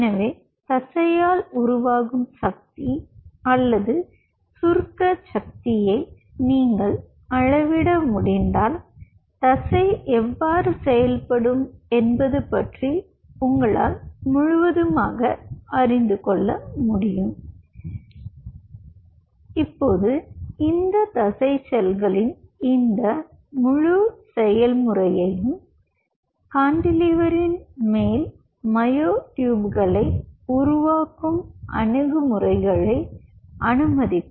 எனவே தசையால் உருவாகும் சக்தி அல்லது சுருக்க சக்தியை நீங்கள் அளவிட முடிந்தால் தசை எவ்வாறு செயல்படும் என்பது பற்றி உங்களால் முழுதுமாக அறிந்து கொள்ள முடியும் இப்போது இந்த தசை செல்களின் இந்த முழு செயல்முறையையும் கான்டிலீவரின் மேல் மயோட்யூப்களை உருவாக்கும் அணுகுமுறை களை அனுமதிக்கும்